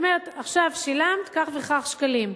זאת אומרת, עכשיו שילמת כך וכך שקלים.